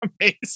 amazing